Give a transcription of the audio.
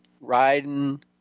riding